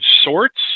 sorts